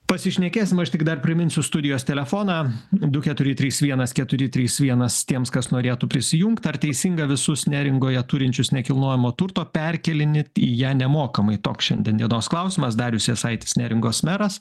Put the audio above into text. pasišnekėsim aš tik dar priminsiu studijos telefoną du keturi trys vienas keturi trys vienas tiems kas norėtų prisijungt ar teisinga visus neringoje turinčius nekilnojamo turto perkėlinėti į ją nemokamai toks šiandien dienos klausimas darius jasaitis neringos meras